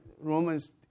Romans